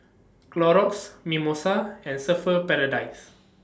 Clorox Mimosa and Surfer's Paradise